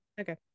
Okay